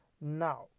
now